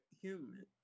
human